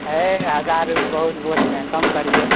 ہے ہزار روپئے بہت بول رہے ہیں کم کریے